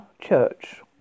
Church